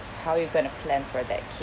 how you going to plan for that kid